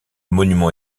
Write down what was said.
monument